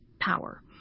power